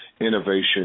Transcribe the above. innovation